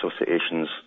associations